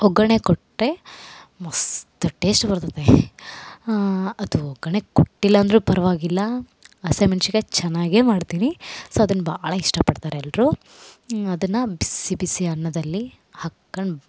ಒಗ್ಗರಣೆ ಕೊಟ್ಟರೆ ಮಸ್ತ್ ಟೇಸ್ಟ್ ಬರ್ತತೇ ಅದು ಒಗ್ಗರಣೆ ಕೊಟ್ಟಿಲ್ಲಾಂದ್ರೂ ಪರವಾಗಿಲ್ಲ ಹಸಿಮಿಣ್ಸಿಕಾಯ್ ಚೆನ್ನಾಗೆ ಮಾಡ್ತೀನಿ ಸೋ ಅದನ್ನು ಭಾಳ ಇಷ್ಟ ಪಡ್ತಾರೆ ಎಲ್ಲರು ಅದನ್ನು ಬಿಸಿ ಬಿಸಿ ಅನ್ನದಲ್ಲಿ ಹಾಕೊಂಡ್